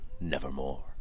Nevermore